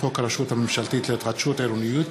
חוק הרשות הממשלתית להתחדשות עירונית.